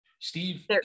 Steve